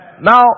Now